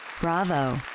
bravo